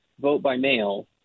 vote-by-mail